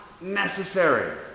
necessary